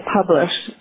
published